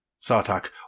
Sartak